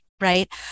right